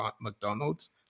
McDonald's